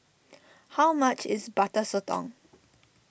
how much is Butter Sotong